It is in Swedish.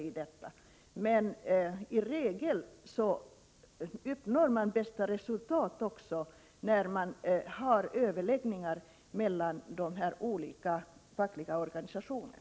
I regel uppnår man de bästa resultaten när det förekommer överläggningar mellan de berörda fackliga organisationerna.